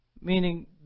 meaning